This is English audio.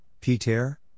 Peter